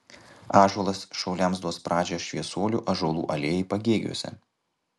ąžuolas šauliams duos pradžią šviesuolių ąžuolų alėjai pagėgiuose